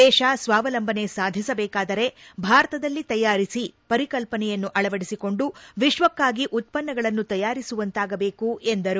ದೇಶ ಸ್ವಾವಲಂಬನೆ ಸಾಧಿಸಬೇಕಾದರೆ ಭಾರತಲ್ಲಿ ತಯಾರಿಸಿ ಪರಿಕಲ್ಪನೆಯನ್ನು ಅಳವಡಿಸಿಕೊಂಡು ವಿಶ್ವಕ್ಕಾಗಿ ಉತ್ಪನ್ನಗಳನ್ನು ತಯಾರಿಸುವಂತಾಗಬೇಕು ಎಂದರು